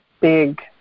big